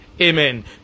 amen